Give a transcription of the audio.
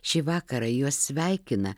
šį vakarą juos sveikina